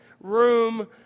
room